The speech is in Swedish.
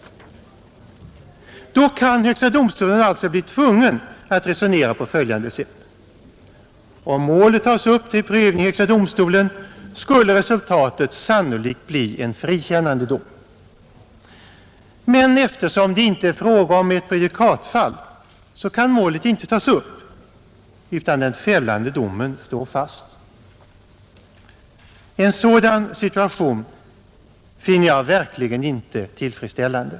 Då kan högsta domstolen alltså bli tvungen att resonera på följande sätt: ”Om målet tas upp till prövning i högsta domstolen, skulle resultatet sannolikt bli en frikännande dom. Men eftersom det inte är fråga om ett prejudikatfall, kan målet inte tas upp, utan den fällande domen står fast.” En sådan situation finner jag verkligen inte tillfredsställande.